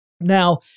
Now